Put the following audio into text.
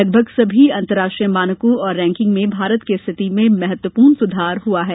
लगभग सभी अंतर्राष्ट्रीय मानकों और रैंकिंग में भारत की स्थिति में महत्वपूर्ण सुधार हुआ है